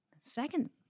Second